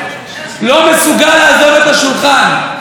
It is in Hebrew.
לא מסוגל לעזוב את השולחן.